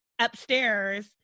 upstairs